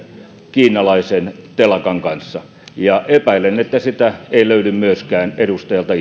kiinalaisen telakan kanssa ja epäilen että sitä ei löydy myöskään edustajalta